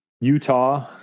Utah